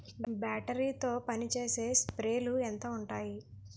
Battery తో పనిచేసే స్ప్రేలు ఎంత ఉంటాయి?